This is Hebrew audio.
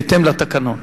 בהתאם לתקנון.